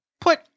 put